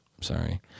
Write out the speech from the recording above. sorry